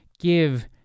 give